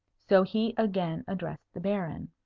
so he again addressed the baron.